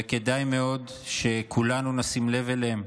וכדאי מאוד שכולנו נשים לב אליהם.